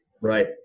Right